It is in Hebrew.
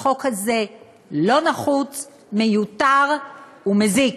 החוק הזה לא נחוץ, מיותר ומזיק.